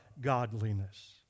godliness